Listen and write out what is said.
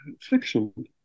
fiction